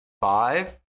Five